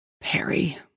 Perry